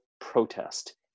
protest